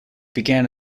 began